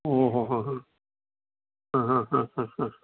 ओहोहो हा हा हा हा हा हा